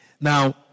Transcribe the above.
Now